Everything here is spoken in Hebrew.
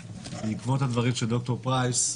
בעקבות הדברים של ד"ר פרייס,